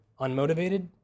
unmotivated